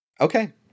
Okay